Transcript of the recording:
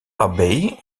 abbey